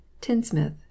Tinsmith